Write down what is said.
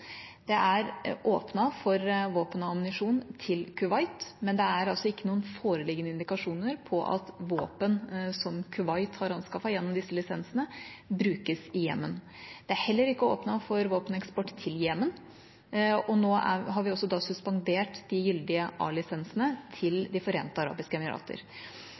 og ammunisjon til Kuwait, men det er ikke noen foreliggende indikasjoner på at våpen som Kuwait har anskaffet gjennom disse lisensene, brukes i Jemen. Det er heller ikke åpnet for våpeneksport til Jemen. Nå har vi også suspendert de gyldige A-lisensene til De forente arabiske emirater.